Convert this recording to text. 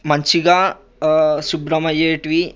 మంచిగా శుభ్రం అయ్యేటివి